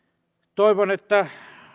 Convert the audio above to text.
toivon että